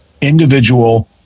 individual